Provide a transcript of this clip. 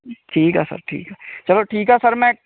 ਠੀਕ ਆ ਸਰ ਠੀਕ ਆ ਚਲੋ ਠੀਕ ਆ ਸਰ ਮੈਂ